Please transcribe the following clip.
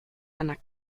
einer